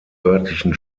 örtlichen